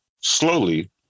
slowly